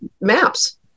maps